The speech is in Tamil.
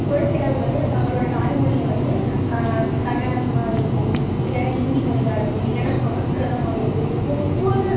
ஒரு சிலருங்க வந்து தங்களோட தாய் மொழியை வந்து கன்னடமா இருக்கும் இல்லைனா இந்தி மொழியாக இருக்கும் இல்லைனா சமஸ்கிருதமாக இருக்கும் ஒவ்வொரு